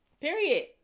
period